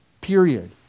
Period